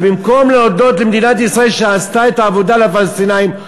אז במקום להודות למדינת ישראל שעשתה את העבודה לפלסטינים,